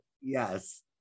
Yes